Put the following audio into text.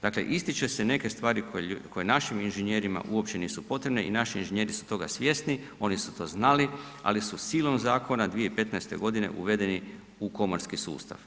Dakle, ističe se neke stvari koje našim inženjerima uopće nisu potrebne i naši inženjer isu toga svjesni, oni su to znali ali su silnom zakona 2015. g., uvedeni u komorski sustav.